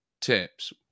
tips